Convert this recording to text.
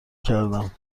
کردم